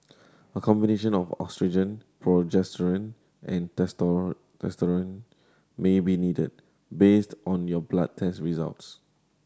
a combination of oestrogen progesterone and testosterone may be needed based on your blood test results